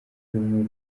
rumwe